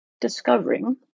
discovering